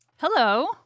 Hello